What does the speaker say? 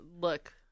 look